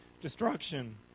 destruction